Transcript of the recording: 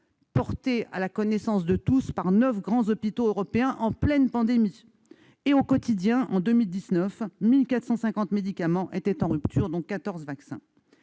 portée à la connaissance de tous par neuf grands hôpitaux européens en pleine pandémie ! Au quotidien, en 2019, quelque 1 450 médicaments étaient en rupture, dont 14 vaccins.